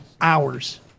hours